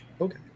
Okay